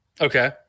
okay